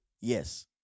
yes